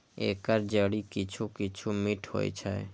एकर जड़ि किछु किछु मीठ होइ छै